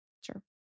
sure